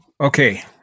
Okay